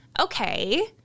Okay